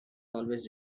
always